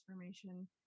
transformation